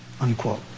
Unquote